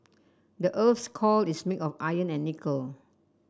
the earth's core is made of iron and nickel